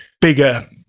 bigger